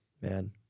man